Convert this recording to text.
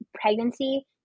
pregnancy